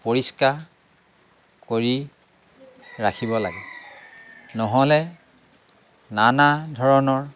পৰিষ্কাৰ কৰি ৰাখিব লাগে নহ'লে নানা ধৰণৰ